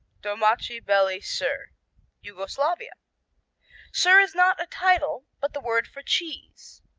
domaci beli sir yugoslavia sir is not a title but the word for cheese.